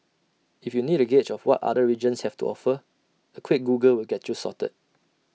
if you need A gauge of what other regions have to offer A quick Google will get you sorted